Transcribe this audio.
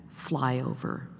flyover